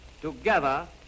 Together